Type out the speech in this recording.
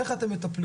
איך אתם מטפלים בו?